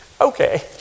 Okay